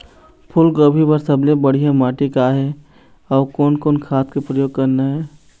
फूलगोभी बर सबले बढ़िया माटी का ये? अउ कोन कोन खाद के प्रयोग करना ये?